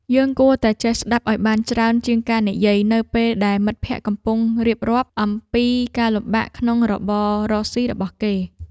យើងគួរតែចេះស្ដាប់ឱ្យបានច្រើនជាងការនិយាយនៅពេលដែលមិត្តភក្តិកំពុងរៀបរាប់អំពីការលំបាកក្នុងរបររកស៊ីរបស់គេ។